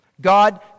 God